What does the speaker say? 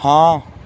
ਹਾਂ